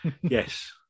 Yes